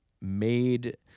made